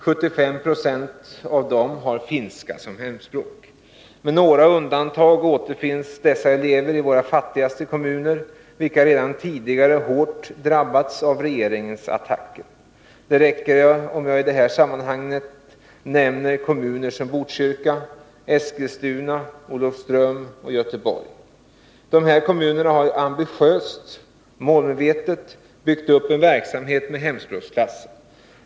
75 26 av dessa har finska som hemspråk. Med några undantag återfinns deras elever i våra fattigaste kommuner, vilka redan tidigare hårt drabbats av regeringens attacker. Det räcker om jag i detta sammanhang nämner kommuner som Botkyrka, Eskilstuna, Olofström och Göteborg. De här kommunerna har ambitiöst och målmedvetet byggt upp en verksamhet med hemspråksklasser.